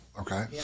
Okay